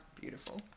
Beautiful